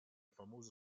famoso